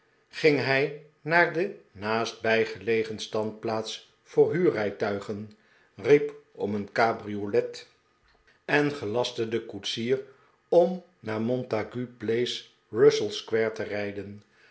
ging hij naar de naastbijgelegen standplaats voor huurrijtuigen riep om een cabriolet en gelastte den koetsier om naar montague place russelsquare te rijden